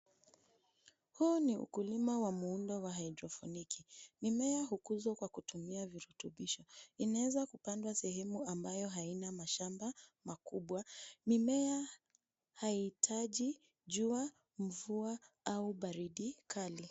Huu ni ukulima wa muundo wa hydrofoniki. Mimea hukuzwa kwa kutumia virutubisho. Inaweza kupandwa sehemu ambayo haina mashamba makubwa. Mimea haihitaji jua, mvua au baridi kali.